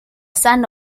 son